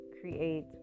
create